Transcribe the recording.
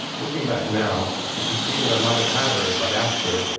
looking back now, i can see that i might have had her if i'd asked her.